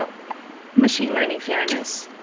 ah machine learning fairness,